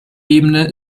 ebene